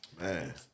Man